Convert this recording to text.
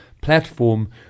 platform